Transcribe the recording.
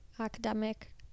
academic